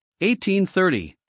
1830